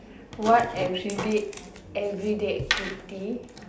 what everyday everyday activity